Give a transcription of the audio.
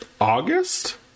August